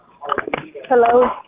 hello